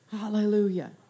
Hallelujah